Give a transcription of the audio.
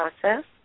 process